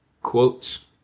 Quotes